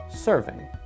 Serving